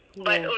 ya